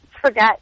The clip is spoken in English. forget